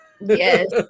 Yes